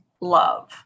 love